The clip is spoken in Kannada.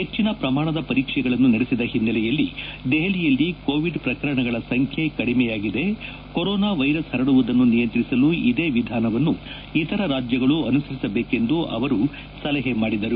ಹೆಚ್ಚಿನ ಪ್ರಮಾಣದ ಪರೀಕ್ಷೆಗಳನ್ನು ನಡೆಸಿದ ಹಿನ್ನೆಲೆಯಲ್ಲಿ ದೆಹಲಿಯಲ್ಲಿ ಕೋವಿಡ್ ಪ್ರಕರಣಗಳ ಸಂಖ್ಯೆ ಕಡಿಮೆಯಾಗಿದೆ ಕೊರೋನಾ ವೈರಸ್ ಹರಡುವುದನ್ನು ನಿಯಂತ್ರಿಸಲು ಇದೇ ವಿಧಾನವನ್ನು ಇತರ ರಾಜ್ಯಗಳು ಅನುಸರಿಸಬೇಕೆಂದು ಅವರು ಸಲಹೆ ಮಾದಿದರು